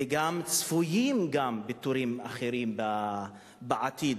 וגם צפויים פיטורים אחרים בעתיד,